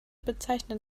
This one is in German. bezeichnen